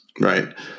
Right